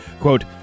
Quote